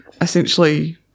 essentially